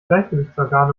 gleichgewichtsorgan